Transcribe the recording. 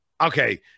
Okay